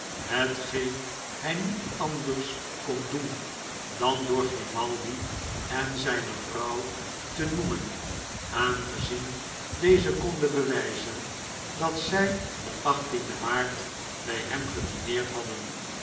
hetgeen hij niet anders kon doen dan door grimaldi en zijne vrouw te noemen aangezien deze konden bewijzen dat zij den achttienden maart by hem gedineerd hadden